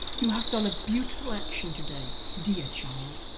you have done a beautiful action to-day, dear child.